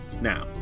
Now